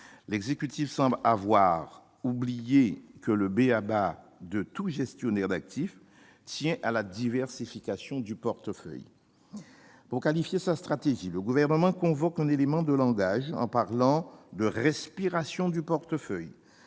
L'exécutif semble avoir oublié que le b.a.-ba de tout gestionnaire d'actif est la diversification de son portefeuille. Pour qualifier sa stratégie, le Gouvernement convoque un élément de langage : il parle de « respiration » du portefeuille.